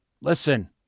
Listen